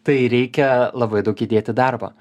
tai reikia labai daug įdėti darbo